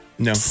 No